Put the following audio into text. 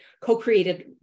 co-created